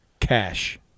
Cash